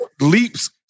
leaps